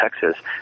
Texas